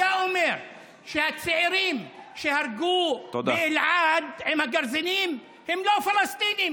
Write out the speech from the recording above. אומר שהצעירים שהרגו באלעד עם הגרזינים הם לא פלסטינים,